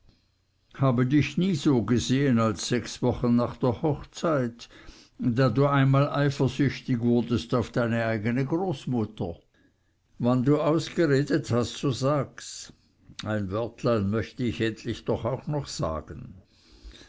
habe dich nie so gesehen als sechs wochen nach der hochzeit da du einmal eifersüchtig wurdest auf deine eigene großmutter wann du ausgeredet hast so sags ein wörtlein möchte ich endlich doch auch dazu sagen